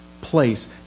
place